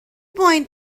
point